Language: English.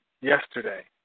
yesterday